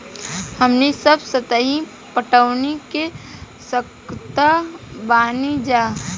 हमनी सब सतही पटवनी क सकतऽ बानी जा